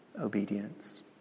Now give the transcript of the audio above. obedience